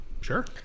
Sure